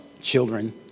children